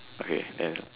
okay then